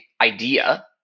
idea